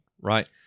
right